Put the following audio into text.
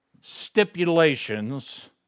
stipulations